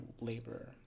labor